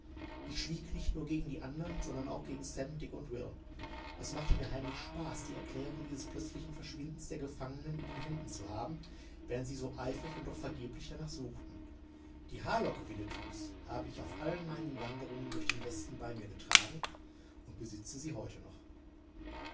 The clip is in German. ich schwieg nicht nur gegen die andern sondern auch gegen sam dick und will es machte mir heimlich spaß die erklärung dieses plötzlichen verschwindens der gefangenen in den händen zu haben während sie so eifrig und doch vergeblich danach suchten die haarlocke winnetous habe ich auf allen meinen wanderungen durch den westen bei mir getragen und besitze sie heute noch